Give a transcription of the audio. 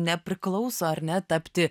nepriklauso ar ne tapti